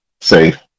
safe